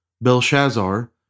Belshazzar